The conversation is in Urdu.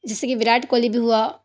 جیسے کہ وراٹ کوہلی بھی ہوا